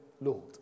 Lord